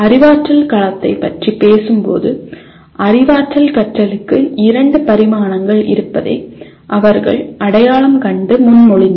அறிவாற்றல் களத்தைப் பற்றி பேசும்போது அறிவாற்றல் கற்றலுக்கு இரண்டு பரிமாணங்கள் இருப்பதை அவர்கள் அடையாளம் கண்டு முன்மொழிந்தனர்